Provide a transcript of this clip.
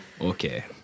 Okay